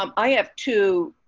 um i have two